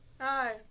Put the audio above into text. Hi